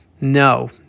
No